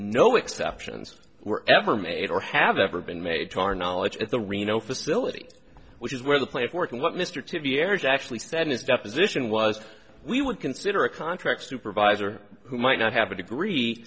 no exceptions were ever made or have ever been made to our knowledge at the reno facility which is where the plant work and what mr to vieira's actually said in a deposition was we would consider a contract supervisor who might not have a degree